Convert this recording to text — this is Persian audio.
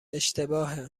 اشتباهه